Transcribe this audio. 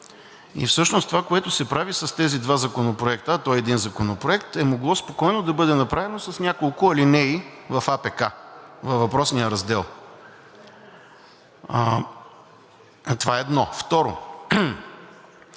и всъщност това, което се прави с тези два законопроекта, а той е един законопроект, е могло спокойно да бъде направено с няколко алинеи в АПК, във въпросния раздел. Това, едно. Второ,